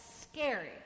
scary